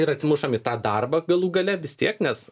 ir atsimušam į tą darbą galų gale vis tiek nes